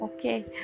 okay